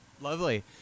Lovely